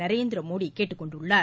நரேந்திரமோடி கேட்டுக் கொண்டுள்ளார்